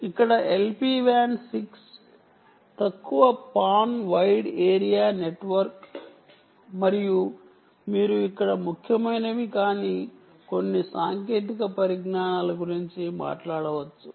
ఇక్కడ LPWAN 6 తక్కువ పాన్ వైడ్ ఏరియా నెట్వర్క్ మరియు మీరు ఇక్కడ ముఖ్యమైనవి కాని కొన్నిసాంకేతిక పరిజ్ఞానాల గురించి మాట్లాడవచ్చు